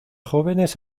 jóvenes